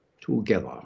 together